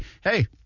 hey